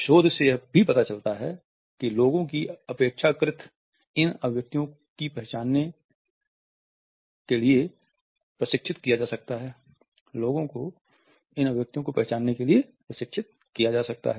शोध से यह भी पता चला है कि लोगों को अपेक्षाकृत इन अभिव्यक्तियों की पहचान करने के लिए प्रशिक्षित किया जा सकता है